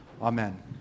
Amen